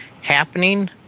happening